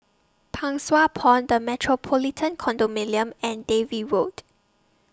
Pang Sua Pond The Metropolitan Condominium and Dalvey Road